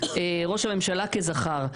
ראש הממשלה כזכר,